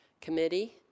committee